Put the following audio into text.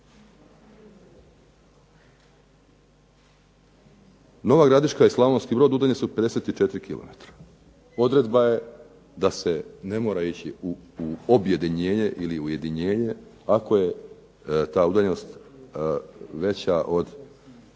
Nova Gradiška i Slavonski Brod udaljeni su 54 km. Odredba je da se ne mora ići u objedinjenje ili ujedinjenje ako je ta udaljenost veća od